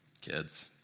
Kids